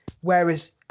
Whereas